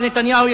מר נתניהו,